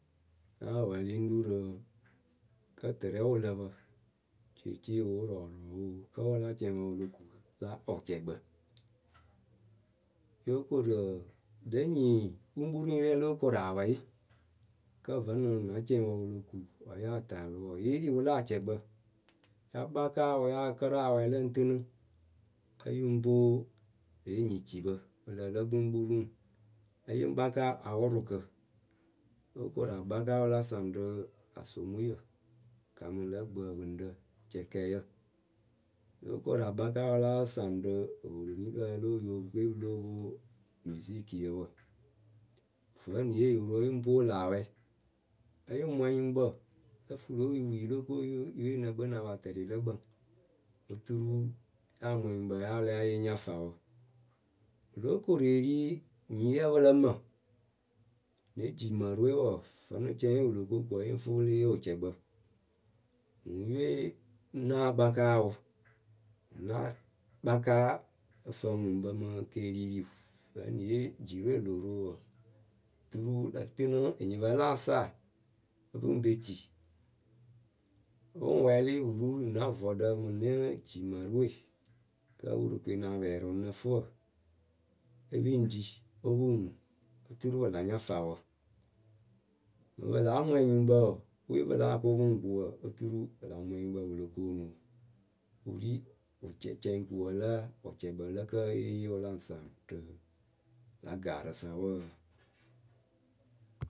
Náa wɛɛlɩ ŋ́ ru rɨ kǝ́ tɨrɛ wɨ lǝ pǝ ceeceewe wɔɔ la wɨcɛkpǝ Yóo koru ǝǝ, lě nyikpuŋkpuruŋyǝ rɛ lóo koru apwɛyɩ kǝ́ vǝ́nɨŋ na cɛŋwǝ wɨ lo ku wǝ́ yáa taalɨ wɔɔ, yée ri wɨla acɛkpǝ Ya kpata awɛ ya kɨra awɛ lǝ ŋ tɨnɨ.,Ǝ yɨ ŋ pwoo lě enyicipǝ pɨ lǝ lǝ kpuŋkpuruŋ ǝ yɨ ŋ kpaka awʊrʊkǝ Yo koru akpaka wɨ la saŋ asomuyǝ wɨ kamɨ lǝ̌ gbǝǝpɨŋrǝ, jɛkɛɛyǝ Yóo koru akpaka wɨ la saŋ rɨ epwerenipǝ lo oyokǝ we pɨ lóo pwo misikiyǝ wǝ, vǝ́ niye yo ro yɨ ŋ pwoolu awɛ A yɨ ŋ mwɛŋ nyuŋkpǝ lǝ fɨ lǒ yupuyǝ le kpii yɨ we ŋ nǝ kpɨ na pa tɛlɩ lǝ kpǝŋ, oturu ya mwɛŋ nyuŋkpǝ ya lɛ a yɨ ŋ nya fawǝ Wɨ lóo koru eri nyiyǝ pɨ lǝ mǝ Ne jimǝrǝ we wɔɔ, vǝ́nɨ cɛŋwe wɨ lo ko ku ǝ yɨ ŋ fɨ wʊ le yee wɨcɛkpǝ.,Ŋwʊ yɨ we ŋ náa kpakaa wʊ náa kpakaa ǝfǝŋnyuŋpǝ mɨ keeririu vǝ́ ŋwʊ ye jirǝ lo ro ɔɔ. turu lǝ tɨnɨ enyipǝ la asaa e pɨ ŋ pe tii, pɨ ŋ wɛɛlɩ pɨ ru rɨ na vɔɖǝ rɨ ne jimǝrɨ we, kǝ́ na pɛɛrɩ ŋwʊ ŋ nǝ fɨ wǝ. Worokoyǝ Epɨ ŋ ɖi o pɨ ŋ ŋuŋ oturu pɨ la nya fawǝ Mɨŋ pɨ láa mwɛŋ nyuŋkpǝ wɔɔ, wɨwe pɨ láa kʊŋ pɨ ŋ ku wɔɔ oturu pɨ la mwɛŋ nyuŋkpǝ pɨ lo koonuu Wɨ ri wɨcɛ cɛŋkuwǝ la wɨcɛkpǝ lǝ kǝ́ yée yee wɨ la ŋ saŋ rɨ lǎ gaarɨ sa wǝǝ.